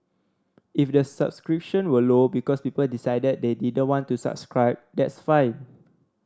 if the subscription were low because people decided they didn't want to subscribe that's fine